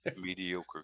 Mediocre